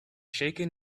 shaken